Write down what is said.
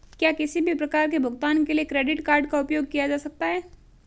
क्या किसी भी प्रकार के भुगतान के लिए क्रेडिट कार्ड का उपयोग किया जा सकता है?